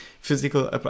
Physical